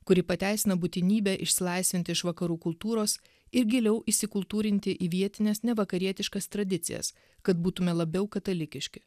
kuri pateisina būtinybę išsilaisvinti iš vakarų kultūros ir giliau įsikultūrinti į vietines nevakarietiškas tradicijas kad būtume labiau katalikiški